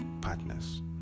partners